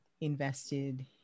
invested